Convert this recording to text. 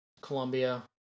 Colombia